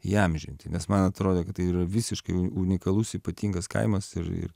įamžinti nes man atrodė kad tai yra visiškai unikalus ypatingas kaimas ir ir